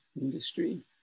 industry